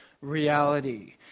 reality